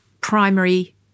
primary